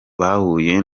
bahuye